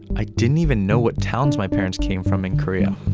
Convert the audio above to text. i didn't even know what towns my parents came from in korea.